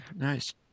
Nice